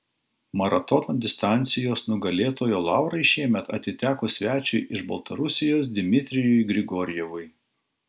maratono distancijos nugalėtojo laurai šiemet atiteko svečiui iš baltarusijos dmitrijui grigorjevui